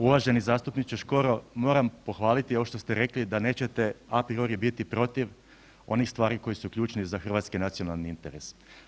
Uvaženi zastupniče Škoro, moram pohvaliti ovo što ste rekli da nećete a priori biti protiv onih stvari koje su ključne za hrvatski nacionalni interes.